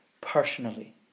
personally